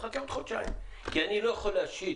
נחכה עוד חודשיים כי אני לא יכול להשית